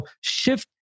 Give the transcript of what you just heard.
shift